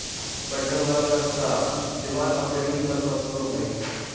बढ़े वाला लता दीवार और जमीन पर पसरो हइ